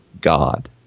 God